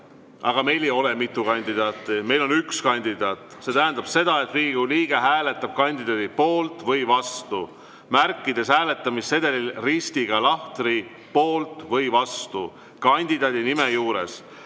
… Meil ei ole mitut kandidaati, meil on üks kandidaat. See tähendab seda, et Riigikogu liige hääletab kandidaadi poolt või vastu, märkides hääletamissedelil ristiga lahtri "poolt" või "vastu" kandidaadi nime juures.